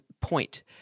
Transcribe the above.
point